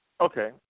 Okay